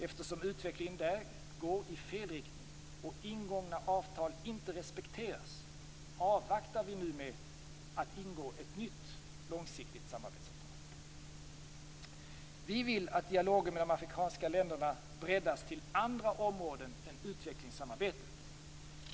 Eftersom utvecklingen där går i fel riktning och ingångna avtal inte respekteras, avvaktar vi nu med att ingå ett nytt långsiktigt samarbetsavtal. Vi vill att dialogen med de afrikanska länderna breddas till andra områden än utvecklingssamarbetet.